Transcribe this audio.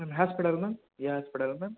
ನಿಮ್ಮ hospital ma'am ಯಾವ hospital ma'am